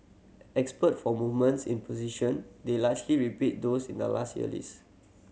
expert for movements in position they largely repeat those in the last year list